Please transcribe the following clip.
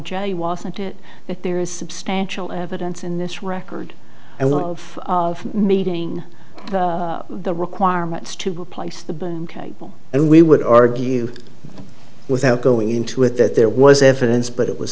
j wasn't it that there is substantial evidence in this record and one of meeting the requirements to replace the been cable and we would argue without going into it that there was evidence but it was